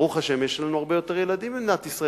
ברוך השם, יש לנו הרבה יותר ילדים במדינת ישראל